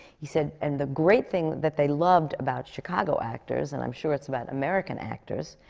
he said and the great thing that they loved about chicago actors, and i'm sure it's about american actors,